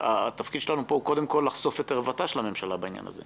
התפקיד שלנו פה הוא קודם כול לחשוף את ערוותה של הממשלה בעניין זה.